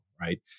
right